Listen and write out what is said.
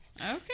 Okay